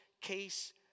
case